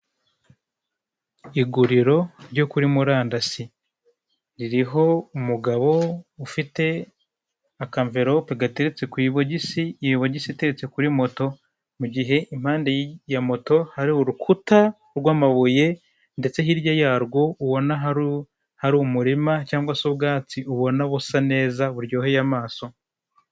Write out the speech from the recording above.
Iguriro ryo kuri murandasi, ririho umugabo ufite akamverope gateretse ku ibogisi, iyo bogitse iteretse kuri moto, mu gihe impande ya moto hari urukuta rw'amabuye ndetse hirya yarwo ubona hari umurima cyangwa se ubwatsi ubona busa neza buryoheye amaso.